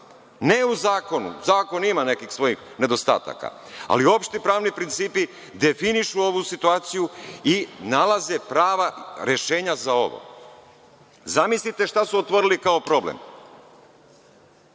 ne u zakon. Zakon ima nekih svojih nedostataka, ali opšti pravni principi definišu ovu situaciju i nalaze prava rešenja za ovo. Zamislite šta su otvorili kao problem?